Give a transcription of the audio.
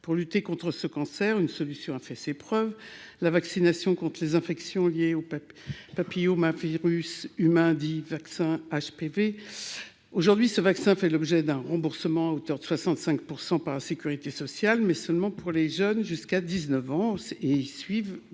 pour lutter contre ce cancer, une solution a fait ses preuves, la vaccination contre les infections liées au peuple papillomavirus humains dit vaccin HPV aujourd'hui ce vaccin fait l'objet d'un remboursement à hauteur de 65 % par la Sécurité sociale, mais seulement pour les jeunes jusqu'à 19 ans et ils suivent